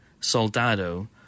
Soldado